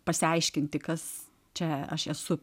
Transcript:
pasiaiškinti kas čia aš esu